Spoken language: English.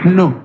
no